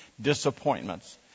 disappointments